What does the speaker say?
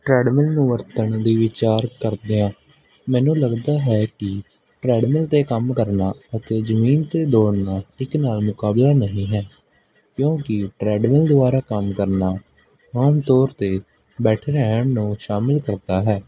treadmill ਨੂੰ ਵਰਤਣ ਦੀ ਵਿਚਾਰ ਕਰਦਿਆਂ ਮੈਨੂੰ ਲੱਗਦਾ ਹੈ ਕਿ ਟ੍ਰੈਡਮਿਲ 'ਤੇ ਕੰਮ ਕਰਨਾ ਅਤੇ ਜ਼ਮੀਨ 'ਤੇ ਦੌੜਨ ਨਾਲ ਇੱਕ ਨਾਲ ਮੁਕਾਬਲਾ ਨਹੀਂ ਹੈ ਕਿਉਂਕਿ ਟ੍ਰੈਡਮਿਲ ਦੁਆਰਾ ਕੰਮ ਕਰਨਾ ਆਮ ਤੌਰ 'ਤੇ ਬੈਠੇ ਰਹਿਣ ਨੂੰ ਸ਼ਾਮਿਲ ਕਰਦਾ ਹੈ